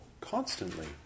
constantly